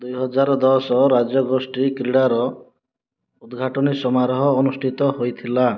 ଦୁଇ ହଜାର ଦଶ ରାଜ୍ୟ ଗୋଷ୍ଠୀ କ୍ରୀଡାର ଉଦଘାଟନୀ ସମାରୋହ ଅନୁଷ୍ଠିତ ହୋଇଥିଲା